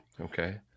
Okay